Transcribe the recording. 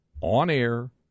on-air